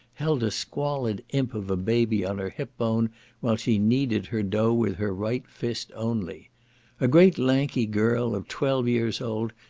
held a squalid imp of a baby on her hip bone while she kneaded her dough with her right fist only a great lanky girl, of twelve years old,